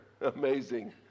Amazing